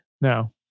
No